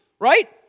right